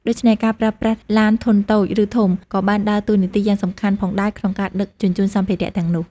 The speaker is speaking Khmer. ដូច្នេះ ការប្រើប្រាស់ ឡានធុនតូច ឬធំ ក៏បានដើរតួនាទីយ៉ាងសំខាន់ផងដែរក្នុងការដឹកជញ្ជូនសម្ភារៈទាំងនោះ។